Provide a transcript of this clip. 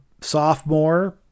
sophomore